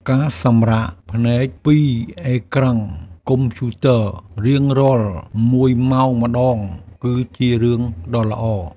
ការសម្រាកភ្នែកពីអេក្រង់កុំព្យូទ័ររៀងរាល់មួយម៉ោងម្ដង គឺជារឿងដ៏ល្អ។